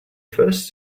first